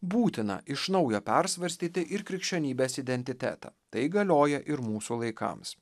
būtina iš naujo persvarstyti ir krikščionybės identitetą tai galioja ir mūsų laikams